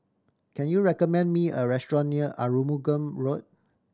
can you recommend me a restaurant near Arumugam Road